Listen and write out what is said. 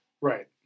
Right